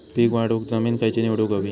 पीक वाढवूक जमीन खैची निवडुक हवी?